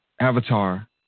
Avatar